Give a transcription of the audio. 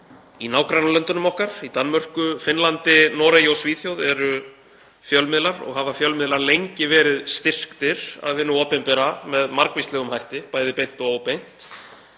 Í nágrannalöndunum okkar, Danmörku, Finnlandi, Noregi og Svíþjóð, hafa fjölmiðlar lengi verið styrktir af hinu opinbera með margvíslegum hætti, bæði beint og óbeint.